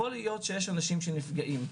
יכול להיות שיש אנשים שנפגעים,